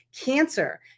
Cancer